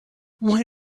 why